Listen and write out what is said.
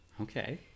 Okay